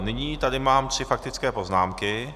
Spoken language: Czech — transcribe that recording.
Nyní tady mám tři faktické poznámky.